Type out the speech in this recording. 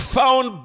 found